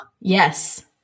Yes